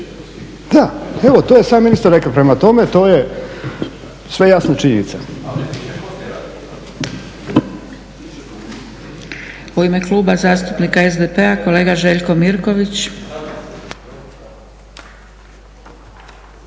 Da, evo to je sam ministar rekao. Prema tome, to je sve jasna činjenica.